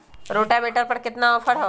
Rotavator पर केतना offer हव?